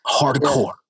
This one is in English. hardcore